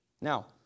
Now